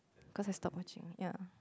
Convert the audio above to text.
cause I stopped watching ya